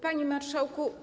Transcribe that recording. Panie Marszałku!